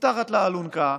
מתחת לאלונקה,